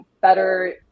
better